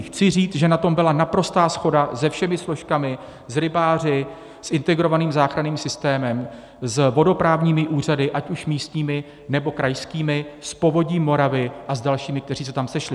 Chci říct, že na tom byla naprostá shoda se všemi složkami, s rybáři, s integrovaným záchranným systémem, s vodoprávními úřady ať už místními, nebo krajskými, s Povodím Moravy a s dalšími, kteří se tam sešli.